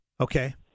okay